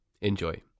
Enjoy